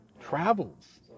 travels